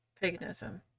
paganism